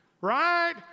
Right